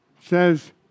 says